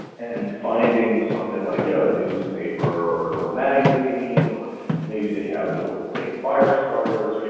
and finding something like you know a newspaper or an old magazine, or maybe they have little fake fire starters, right?